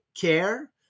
care